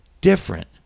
different